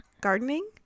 Gardening